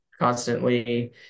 constantly